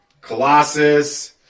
Colossus